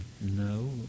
No